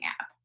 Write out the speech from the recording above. app